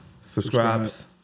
subscribes